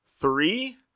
three